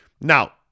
now